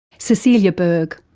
cecilia bergh.